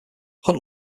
hunt